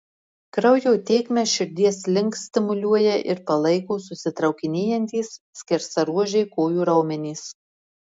kraujo tėkmę širdies link stimuliuoja ir palaiko susitraukinėjantys skersaruožiai kojų raumenys